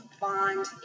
bond